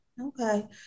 Okay